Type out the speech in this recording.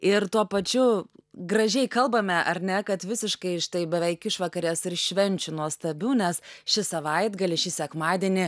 ir tuo pačiu gražiai kalbame ar ne kad visiškai štai beveik išvakarės ir švenčių nuostabių nes šį savaitgalį šį sekmadienį